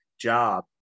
job